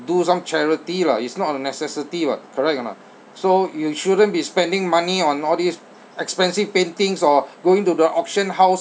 do some charity lah it's not a necessity [what] correct or not so you shouldn't be spending money on all these expensive paintings or going to the auction house